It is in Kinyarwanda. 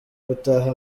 gutaha